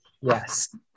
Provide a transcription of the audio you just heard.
Yes